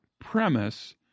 premise